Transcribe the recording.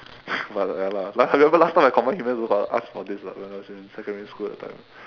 but ya lah la~ remember last time I ask for this when I was in secondary school that time